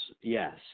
Yes